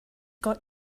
got